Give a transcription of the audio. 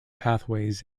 pathways